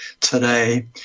today